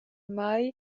mei